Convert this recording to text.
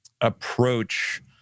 approach